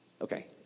Okay